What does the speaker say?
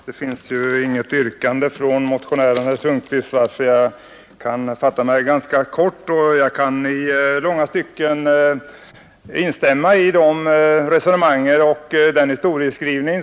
Herr talman! Herr Sundkvist framställde inget yrkande, varför jag kan fatta mig ganska kort. Jag kan i långa stycken instämma i herr Sundkvists resonemang och historieskrivning.